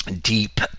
deep